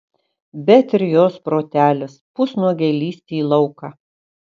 bet ir jos protelis pusnuogei lįsti į lauką